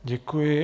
Děkuji.